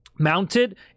mounted